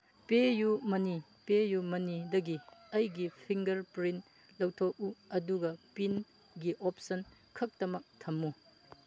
ꯄꯦ U money PayU ꯃꯅꯤꯗꯒꯤ ꯑꯩꯒꯤ fingerprint ꯂꯧꯊꯣꯛꯎ ꯑꯗꯨꯒ ꯄꯤꯟꯒꯤ ꯑꯣꯞꯁꯟ ꯈꯛꯇꯃꯛ ꯊꯝꯃꯨ